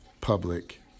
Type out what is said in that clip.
public